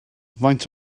faint